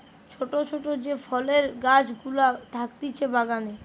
ছোট ছোট যে ফলের গাছ গুলা থাকতিছে বাগানে